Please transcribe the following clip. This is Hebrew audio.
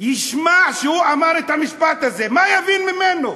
ישמע שהוא אמר את המשפט הזה, מה הוא יבין ממנו?